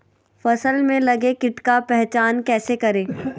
फ़सल में लगे किट का पहचान कैसे करे?